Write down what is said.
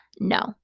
No